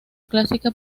clásica